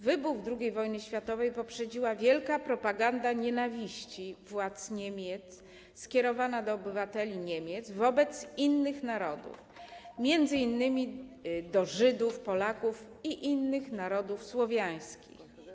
Wybuch II wojny światowej poprzedziła wielka propaganda nienawiści władz Niemiec, skierowana do obywateli Niemiec, wobec innych narodów - m.in. Żydów, Polaków i innych narodów słowiańskich.